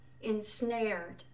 ensnared